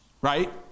Right